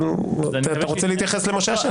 אתה רוצה להתייחס למשה אשר?